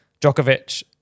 Djokovic